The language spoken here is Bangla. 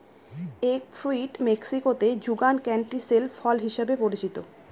এগ ফ্রুইট মেক্সিকোতে যুগান ক্যান্টিসেল ফল হিসাবে পরিচিত